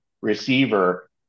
receiver